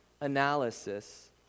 analysis